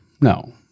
no